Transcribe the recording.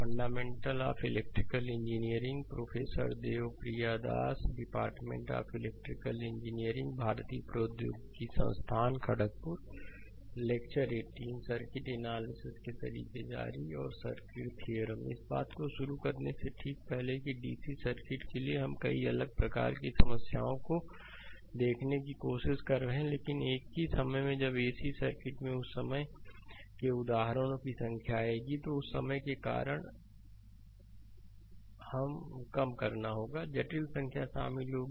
fundamental of electrical engineering professor Debapriya Das department of electrical engineering भारतीय प्रौद्योगिकी संस्थान खड़गपुर लेक्चर 18 सर्किट एनालिसिस के तरीके जारीऔर सर्किट थ्योरम इस बात को शुरू करने से ठीक पहले कि डीसी सर्किट के लिए हम कई अलग अलग प्रकार की समस्याओं को देखने की कोशिश कर रहे हैं लेकिन एक ही समय में जब एसी सर्किट में उस समय के उदाहरणों की संख्या आएगी तो उस समय के कारण कम करना होगा जटिल संख्या शामिल होगी